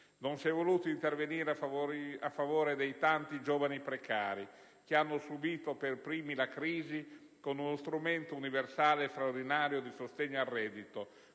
Non si è voluto intervenire a favore dei tanti giovani precari, che hanno subito per primi la crisi, con uno strumento universale e straordinario di sostegno al reddito,